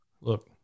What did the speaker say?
look